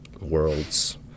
worlds